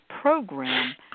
program